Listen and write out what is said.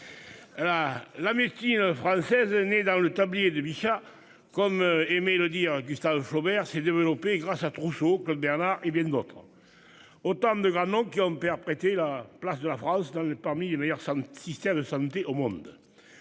L'amitié française né dans le tablier de Micha comme. Elodie Gustave Faubert s'est développé grâce à Trousseau Claude Bernard et bien d'autres. Autant de grands noms qui ont prêté la place de la France dans le parmi les meilleurs sans système de santé au monde.